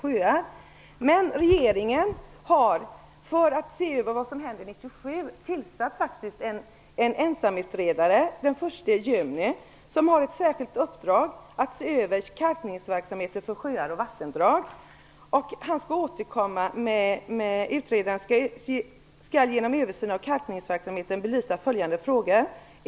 För att se vad som händer 1997 har regeringen den 1 juni tillsatt en ensamutredare som har ett särskilt uppdrag att se över kalkningsverksamheten för sjöar och vattendrag. Utredaren skall genom översyn av kalkningsverksamheten belysa följande frågor.